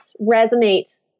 resonate